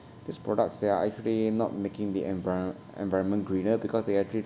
these products they are actually not making the enviro~ environment greener because they actually